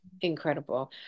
incredible